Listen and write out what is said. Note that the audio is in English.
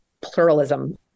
pluralism